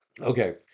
Okay